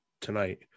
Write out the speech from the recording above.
tonight